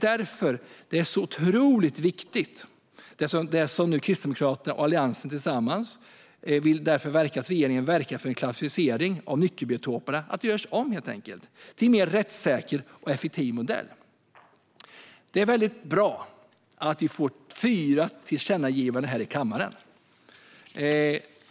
Därför är det viktigt att Kristdemokraterna och Alliansen tillsammans vill att regeringen ska verka för att klassificeringen av nyckelbiotoperna helt enkelt görs om till en mer rättssäker och effektiv modell. Det är väldigt bra att riksdagen nu gör fyra tillkännagivanden.